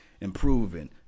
improving